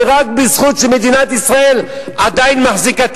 זה רק בזכות שמדינת ישראל עדיין מחזיקה.